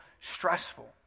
stressful